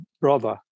brother